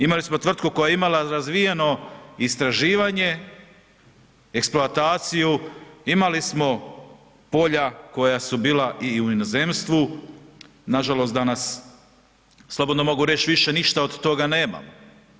Imali smo tvrtku koja je imala razvijeno istraživanje, eksploataciju, imali smo polja koja su bila i u inozemstvu, nažalost danas, slobodno mogu reć, više ništa od toga nemamo.